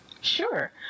Sure